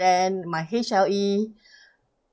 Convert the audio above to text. then my H_L_E